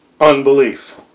unbelief